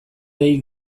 dei